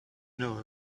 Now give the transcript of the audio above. know